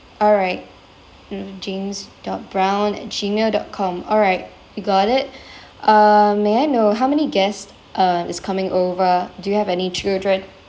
alright mm james dot brown at gmail dot com alright got it uh may I know how many guest um is coming over do you have any children